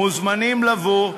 מוזמנים לבוא,